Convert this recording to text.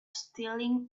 stealing